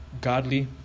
godly